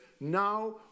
now